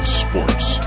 sports